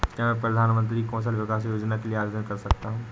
क्या मैं प्रधानमंत्री कौशल विकास योजना के लिए आवेदन कर सकता हूँ?